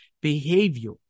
behavior